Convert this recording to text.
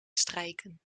strijken